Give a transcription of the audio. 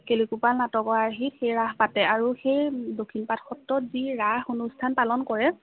কেলিগোপাল নাটকৰ আৰ্হিত সেই ৰাস পাতে আৰু সেই দক্ষিণপাট সত্ৰত যি ৰাস অনুষ্ঠান পালন কৰে